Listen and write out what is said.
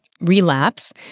relapse